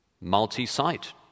multi-site